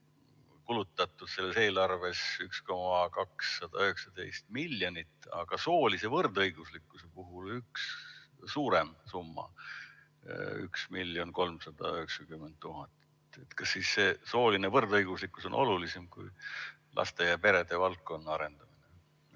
kulutatud selles eelarves 1 219 000, aga soolise võrdõiguslikkuse puhul on üks suurem summa: 1 390 000? Kas siis see sooline võrdõiguslikkus on olulisem kui laste ja perede valdkonna arendamine?